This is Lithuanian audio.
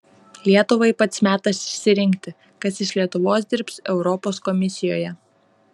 lietuvai pats metas išsirinkti kas iš lietuvos dirbs europos komisijoje